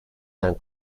then